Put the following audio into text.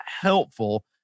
helpful